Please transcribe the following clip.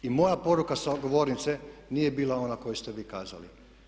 I moja poruka sa govornice nije bila ona koju ste vi kazali.